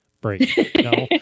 break